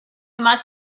must